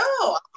No